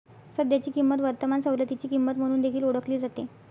सध्याची किंमत वर्तमान सवलतीची किंमत म्हणून देखील ओळखली जाते